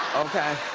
okay?